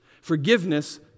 Forgiveness